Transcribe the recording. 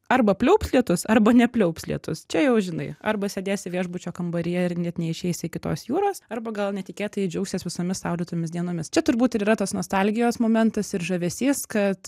arba pliaups lietus arba nepliaups lietus čia jau žinai arba sėdėsi viešbučio kambaryje ir net neišeisi iki tos jūros arba gal netikėtai džiaugsies visomis saulėtomis dienomis čia turbūt ir yra tas nostalgijos momentas ir žavesys kad